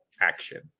action